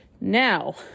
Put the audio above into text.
Now